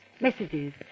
messages